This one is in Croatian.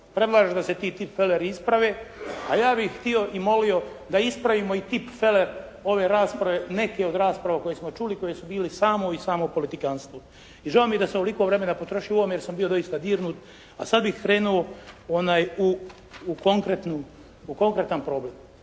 Predlažem da se ti tipfeleri isprave, a ja bih htio i molio da ispravimo i tipfeler ove rasprave, neke od rasprava koje smo čuli i koje su bile samo i samo politikantstvo. I žao mi je da sam ovoliko vremena potrošio u ovome jer sam bio doista dirnut, a sada bih krenuo u konkretan problem.